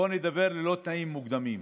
בואו נדבר ללא תנאים מוקדמים,